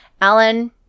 Alan